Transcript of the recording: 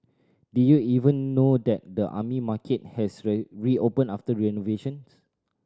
did you even know that the Army Market has reopened after renovations